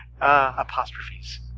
Apostrophes